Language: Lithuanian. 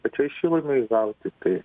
pačiai šilumai gauti tai